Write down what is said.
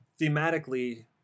thematically –